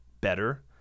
better